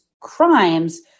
crimes